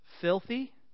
filthy